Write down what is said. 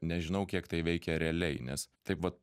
nežinau kiek tai veikia realiai nes taip vat